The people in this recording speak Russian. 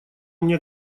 мне